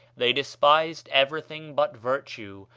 they despised everything but virtue,